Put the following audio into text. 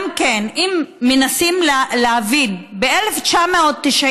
גם כן, אם מנסים להבין, ב-1990